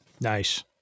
Nice